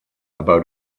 about